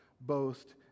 boast